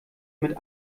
mit